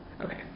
Okay